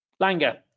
Langer